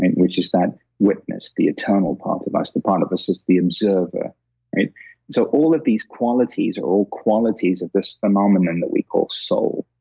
and which is that witness, the eternal part of us. the part of us that's the observer so, all of these qualities are all qualities of this phenomenon that we call soul.